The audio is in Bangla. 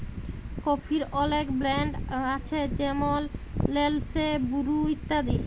কফির অলেক ব্র্যাল্ড আছে যেমল লেসলে, বুরু ইত্যাদি